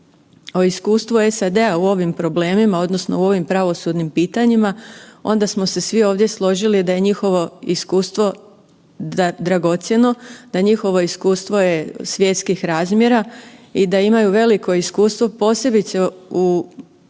o iskustvu SAD-a u ovim problemima odnosno u ovim pravosudnim pitanjima onda smo se svi ovdje složili da je njihovo iskustvo dragocjeno, da je njihovo iskustvo je svjetskih razmjera i da imaju veliko iskustvo posebice u